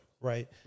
right